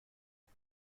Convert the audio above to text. فقط